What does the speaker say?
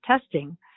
testing